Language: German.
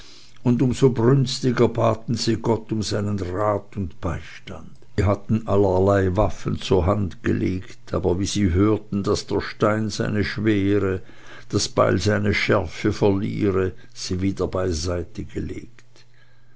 und um so brünstiger baten sie gott um seinen rat und beistand sie hatten allerlei waffen zur hand gelegt aber wie sie hörten daß der stein seine schwere das beil seine schärfe verliere sie wieder beiseite gelegt